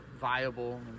viable